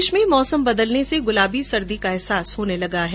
प्रदेश में मौसम बदलने से गुलाबी सर्दी का एहसास होने लगा है